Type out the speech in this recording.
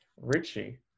Richie